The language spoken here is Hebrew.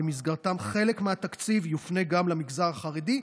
ובמסגרתם חלק מהתקציב יופנה גם למגזר החרדי,